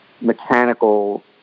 mechanical